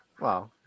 Wow